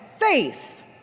faith